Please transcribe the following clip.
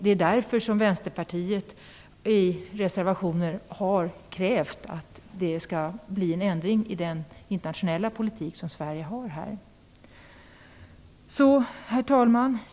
Det är därför Vänsterpartiet i reservationer har krävt att det skall bli en ändring i den internationella politik som Sverige för på detta område. Herr talman!